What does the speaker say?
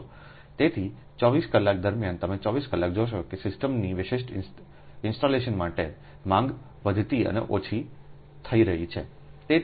તેથી 24 24 કલાક દરમ્યાન તમે 24 કલાક જોશો કે સિસ્ટમની વિશિષ્ટ ઇન્સ્ટોલેશન માટે માંગ વધતી અને ઓછી થઈ રહી છે